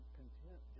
content